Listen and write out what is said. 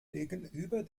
gegenüber